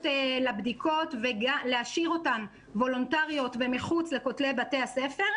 לבדיקות ולהשאיר אותן וולונטריות ומחוץ לכותלי בתי הספר.